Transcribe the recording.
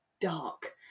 dark